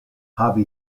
habe